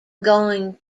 going